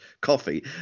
coffee